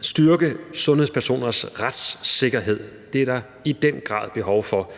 styrke sundhedspersoners retssikkerhed er der i den grad behov for,